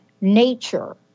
nature